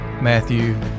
Matthew